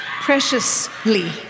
preciously